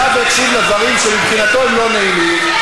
שהפוליגם יפסיק להפריע לי.